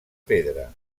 pedra